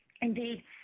Indeed